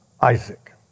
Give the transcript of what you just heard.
Isaac